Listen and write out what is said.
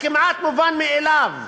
הכמעט מובן מאליו,